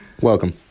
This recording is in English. Welcome